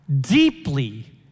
deeply